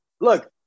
Look